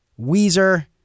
Weezer